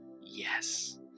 yes